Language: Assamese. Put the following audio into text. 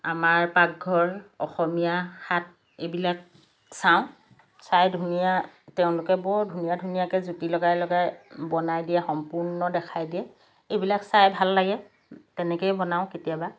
আমাৰ পাকঘৰ অসমীয়া হাত এইবিলাক চাওঁ চাই ধুনীয়া তেওঁলোকে বৰ ধুনীয়া ধুনীয়াকৈ জুতি লগাই লগাই বনাই দিয়ে সম্পূৰ্ণ দেখাই দিয়ে এইবিলাক চাই ভাল লাগে তেনেকৈয়ে বনাওঁ কেতিয়াবা